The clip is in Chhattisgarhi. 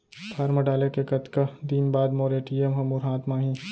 फॉर्म डाले के कतका दिन बाद मोर ए.टी.एम ह मोर हाथ म आही?